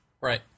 right